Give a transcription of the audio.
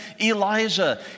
Elijah